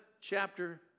chapter